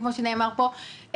כמו שנאמר פה,